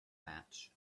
match